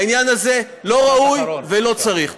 העניין הזה לא ראוי ולא צריך.